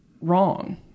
wrong